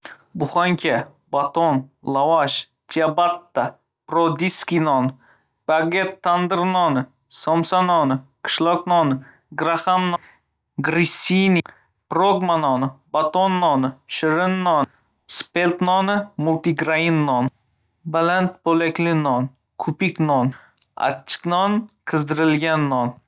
Buxanka, baton, lavash, chiabatta, borodinskiy non, baget, tandir non, somsa noni, qishloq noni, graham non, grissini, prokma noni, baton noni, shirin non, spelt noni, multigrain non, baland bo‘lakli non, kubik non, achchiq non, qizdirilgan non.